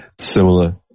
Similar